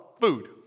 food